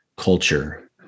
culture